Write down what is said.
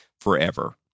forever